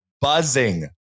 buzzing